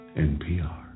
NPR